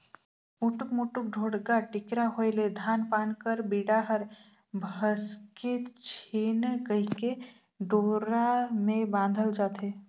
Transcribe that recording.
उटुक टुमुर, ढोड़गा टिकरा होए ले धान पान कर बीड़ा हर भसके झिन कहिके डोरा मे बाधल जाथे